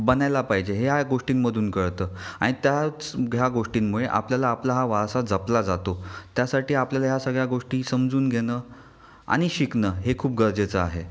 बनायला पाहिजे हे ह्या गोष्टींमधून कळतं आणि त्याच ह्या गोष्टींमुळे आपल्याला आपला हा वारसा जपला जातो त्यासाठी आपल्याला ह्या सगळ्या गोष्टी समजून घेणं आणि शिकणं हे खूप गरजेचं आहे